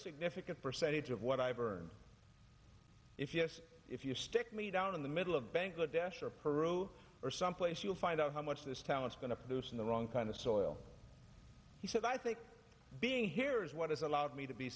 significant percentage of what i've earned if yes if you stick me down in the middle of bangladesh or peru or someplace you'll find out how much this town is going to produce in the wrong kind of soil he said i think being here is what is allowed me to be